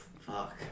Fuck